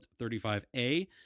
35a